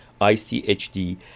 ICHD